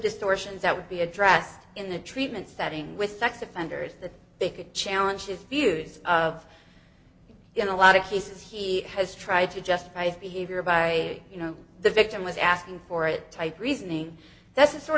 distortions that would be addressed in the treatment setting with sex offenders that they could challenge his views of in a lot of cases he has tried to justify his behavior by you know the victim was asking for it type reasoning that's the sort